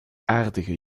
aardige